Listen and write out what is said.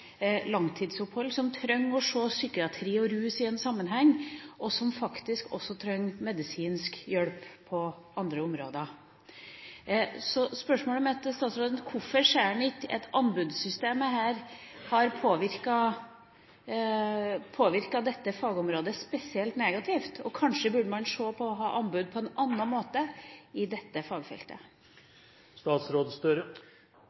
langtidsopphold, som trenger å se psykiatri og rus i en sammenheng, og som faktisk også trenger medisinsk hjelp på andre områder. Så spørsmålet mitt til statsråden er: Hvorfor ser han ikke at anbudssystemet her har påvirket dette fagområdet spesielt negativt? Kanskje burde man se på å ha anbud på en annen måte når det gjelder dette